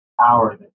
Power